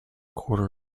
quarter